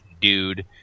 dude